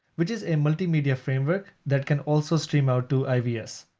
which is a multimedia framework that can also stream out to ivs.